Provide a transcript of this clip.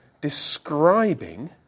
describing